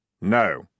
No